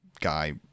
guy